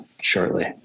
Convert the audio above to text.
shortly